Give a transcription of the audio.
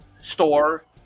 store